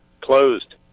closed